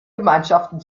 gemeinschaften